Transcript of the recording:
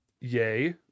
yay